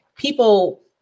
people